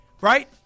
right